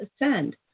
Ascend